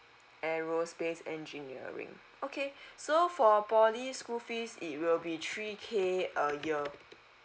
aerospace engineering okay so for poly school fees it will be three k a year